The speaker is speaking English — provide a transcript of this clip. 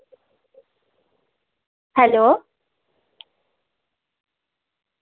hello